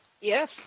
Yes